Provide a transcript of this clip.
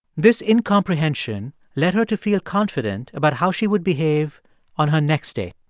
this incomprehension led her to feel confident about how she would behave on her next date.